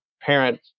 parent